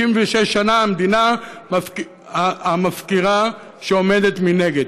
56 שנה המדינה מפקירה, עומדת מנגד.